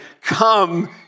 come